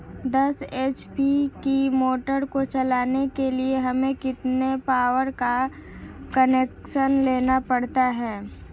दस एच.पी की मोटर को चलाने के लिए हमें कितने पावर का कनेक्शन लेना पड़ेगा?